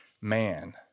man